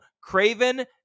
craven